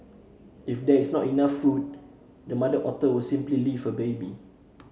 if there is not enough food the mother otter will simply leave her baby